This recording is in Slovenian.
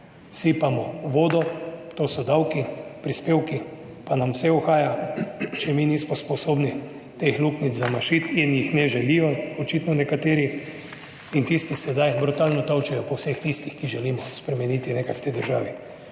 sipamo vodo, to so davki, prispevki, pa nam vse uhaja, če mi nismo sposobni teh luknjic zamašiti in jih ne želijo, očitno nekateri in tisti sedaj brutalno tolčejo po vseh tistih, ki želimo spremeniti nekaj v tej državi.